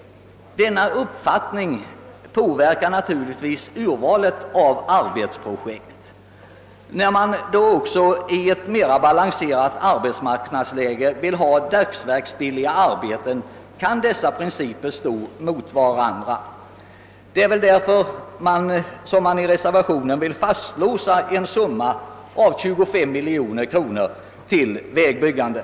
Denna uppfattning påverkar naturligtvis urvalet av arbetsprojekt, och när man även i ett mera balanserat arbetsmarknadsläge vill ha dagsverksbilliga arbeten kan dessa principer stå mot varandra. Det är väl därför som reservanterna vill fastlåsa en summa av 25 miljoner kronor till vägbyggande.